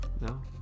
No